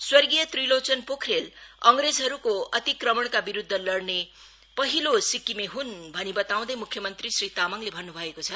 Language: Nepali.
स्वर्गीय त्रिलोचन पोखरेल अंग्रेजहरूको अतिक्रमणका विरूद्व लड़ाई लड़ने पहिलो सिक्किमे हन् भनी बताउँदै मुख्यमंत्री श्री तामाङले भन्न् भएको छ